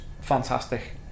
fantastic